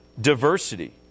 diversity